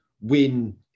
win